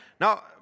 Now